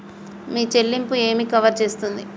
మీ చెల్లింపు ఏమి కవర్ చేస్తుంది?